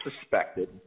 suspected